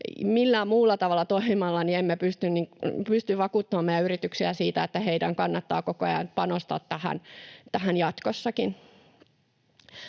Millään muulla tavalla toimimalla emme pysty vakuuttamaan meidän yrityksiämme siitä, että heidän kannattaa koko ajan panostaa tähän jatkossakin.